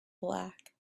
black